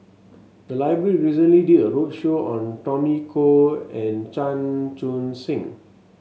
the library recently did a roadshow on Tommy Koh and Chan Chun Sing